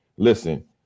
listen